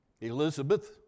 Elizabeth